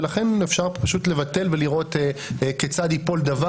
ולכן אפשר לבטל ולראות כיצד ייפול דבר